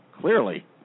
clearly